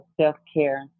self-care